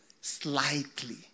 slightly